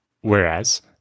whereas